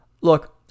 look